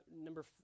number